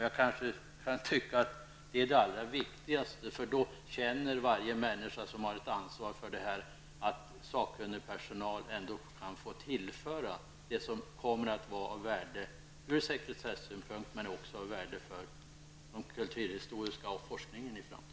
Jag tycker därför att det är det allra viktigaste, eftersom varje människa som har ett ansvar för detta då känner att sakkunning personal ändå kan tillföra det som kommer att vara av värde ur sekretessynpunkt men även ur kulturhistorisk synpunkt och forskningssynpunkt i framtiden.